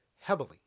heavily